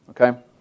okay